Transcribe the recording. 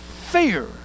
fear